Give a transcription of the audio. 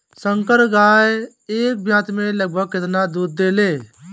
संकर गाय एक ब्यात में लगभग केतना दूध देले?